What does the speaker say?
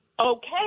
Okay